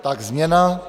Tak změna.